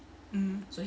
mm